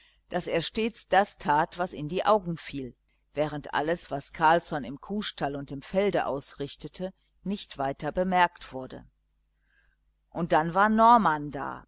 daß er stets das tat was in die augen fiel während alles was carlsson im kuhstall und im felde ausrichtete nicht weiter bemerkt wurde und dann war norman da